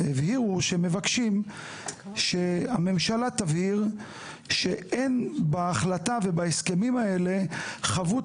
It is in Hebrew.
הם הבהירו שהם מבקשים שהממשלה תבהיר שאין בהחלטה ובהסכמים האלה חבות